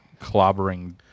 clobbering